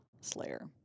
Slayer